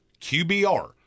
QBR